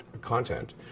content